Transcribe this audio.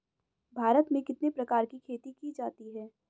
भारत में कितने प्रकार की खेती की जाती हैं?